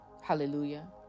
Hallelujah